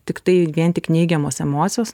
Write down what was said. tiktai vien tik neigiamos emocijos